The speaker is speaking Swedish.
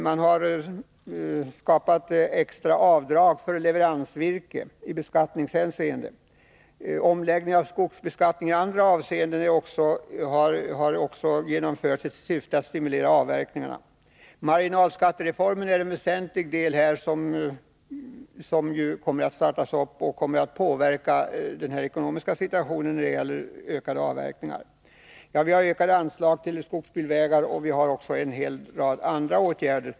Man har skapat extra avdrag i beskattningshänseende för leveransvirke. Omläggningar av skogsbeskattningen i andra avseenden har också genomförts i syfte att stimulera avverkningarna. Marginalskattereformen är en väsentlig del av dessa åtgärder, som kommer att påverka den ekonomiska situationen och därmed troligen öka avverkningarna. Vi har vidare ökat anslagen till skogsbilvägar och vi har vidtagit en hel rad andra åtgärder.